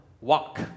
walk